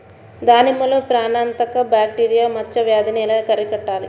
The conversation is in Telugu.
దానిమ్మలో ప్రాణాంతక బ్యాక్టీరియా మచ్చ వ్యాధినీ ఎలా అరికట్టాలి?